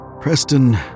Preston